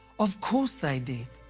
of course they did.